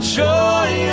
joy